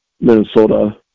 Minnesota